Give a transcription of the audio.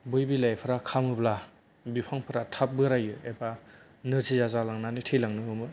बै बिलाइफोरा खामोब्ला बिफांफोरा थाब बोरायो एबा नोरजिया जालांनानै थैलांनो हमो